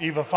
от ДПС: